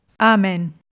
Amen